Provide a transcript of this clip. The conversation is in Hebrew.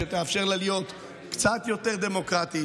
שתאפשר לה להיות קצת יותר דמוקרטית,